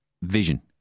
Vision